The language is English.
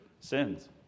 sins